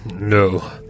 No